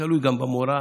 תלוי גם במורה,